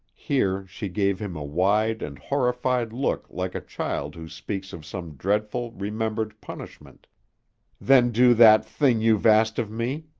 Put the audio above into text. here she gave him a wide and horrified look like a child who speaks of some dreadful remembered punishment than do that thing you've asked of me.